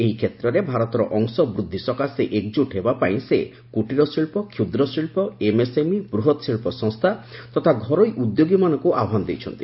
ଏହି କ୍ଷେତ୍ରରେ ଭାରତର ଅଂଶ ବୃଦ୍ଧି ସକାଶେ ଏକଜ୍ ଟ ହେବାପାଇଁ ସେ କ୍ଟୀରଶିଳ୍ପ କ୍ଷୁଦ୍ରଶିଳ୍ପ ଏମ୍ଏସ୍ଏମ୍ଇ ବୃହତ୍ତ ଶିଳ୍ପ ସଂସ୍ଥା ତଥା ଘରୋଇ ଉଦ୍ୟୋଗୀମାନଙ୍କୁ ଆହ୍ୱାନ କରିଛନ୍ତି